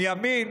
מימין,